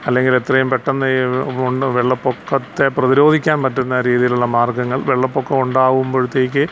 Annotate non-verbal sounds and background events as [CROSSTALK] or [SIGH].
അല്ലെങ്കിലെത്രയും പെട്ടെന്ന് ഈ [UNINTELLIGIBLE] വെള്ളപ്പൊക്കത്തെ പ്രതിരോധിക്കാൻ പറ്റുന്ന രീതിയിലുള്ള മാർഗ്ഗങ്ങൾ വെള്ളപ്പൊക്കം ഉണ്ടാവുമ്പോഴത്തേക്ക്